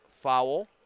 foul